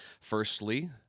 Firstly